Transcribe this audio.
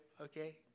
okay